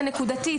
נקודתית.